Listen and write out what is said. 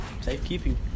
Safekeeping